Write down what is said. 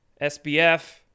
SBF